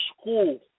school